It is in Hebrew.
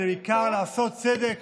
ובעיקר לעשות צדק